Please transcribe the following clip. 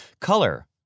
Color